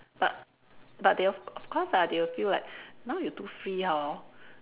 but but they will of course ah they will feel like now you too free hor